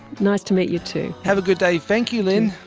nice to meet you too. have a good day. thank you lynne.